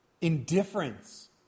indifference